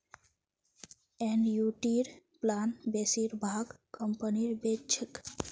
एनयूटीर प्लान बेसिर भाग कंपनी बेच छेक